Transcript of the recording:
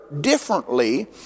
differently